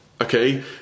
Okay